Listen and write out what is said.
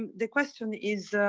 the question is.